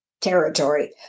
territory